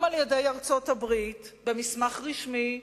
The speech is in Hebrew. גם על-ידי ארצות-הברית, במסמך רשמי,